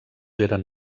eren